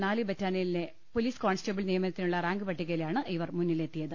നാല് ബറ്റാലിയനിലെ police constable നിയമനത്തിനുള്ള റാങ്ക് പട്ടികയിലാണ് ഇവർ മുന്നിലെത്തിയത്